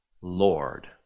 Lord